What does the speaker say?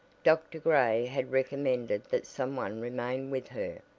dr. gray had recommended that some one remain with her,